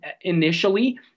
initially